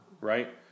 right